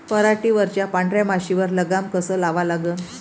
पराटीवरच्या पांढऱ्या माशीवर लगाम कसा लावा लागन?